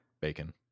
bacon